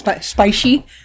spicy